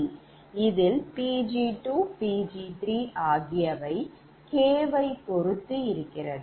இதில் Pg2Pg3 ஆகியவை k வை பொறுத்து இருக்கிறது